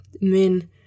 men